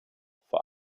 vor